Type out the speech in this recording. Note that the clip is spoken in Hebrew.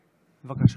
בבקשה.